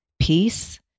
peace